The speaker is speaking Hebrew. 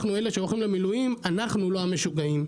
אנחנו אלה שהולכים למילואים, אנחנו לא המשוגעים'.